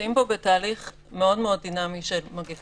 נמצאים פה בתהליך מאוד מאוד דינמי של מגיפה,